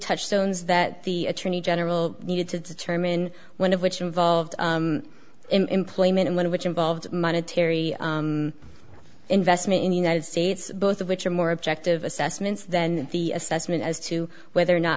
touchstones that the attorney general needed to determine one of which involved employment and one of which involved monetary investment in the united states both of which are more objective assessments then the assessment as to whether or not